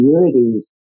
communities